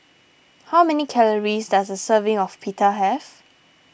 how many calories does a serving of Pita have